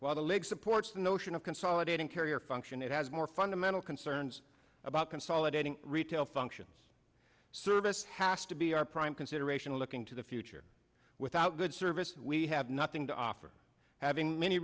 while the leg supports the notion of consolidating carrier function it has more fundamental concerns about consolidating retail functions service has to be our prime consideration looking to the future without good service we have nothing to offer having many